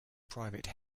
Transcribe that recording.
private